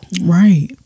right